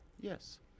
Yes